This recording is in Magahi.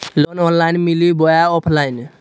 लोन ऑनलाइन मिली बोया ऑफलाइन?